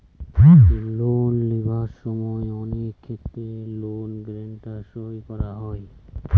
loan লিবার সময় অনেক ক্ষেত্রে লোন গ্যারান্টি সই করা হয়